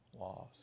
Loss